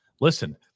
listen –